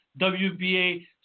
WBA